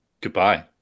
Goodbye